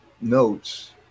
notes